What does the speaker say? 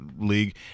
league